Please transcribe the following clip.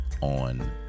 on